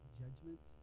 judgment